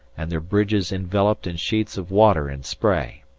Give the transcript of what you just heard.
and their bridges enveloped in sheets of water and spray.